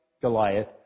Goliath